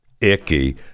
icky